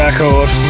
Record